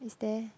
it's there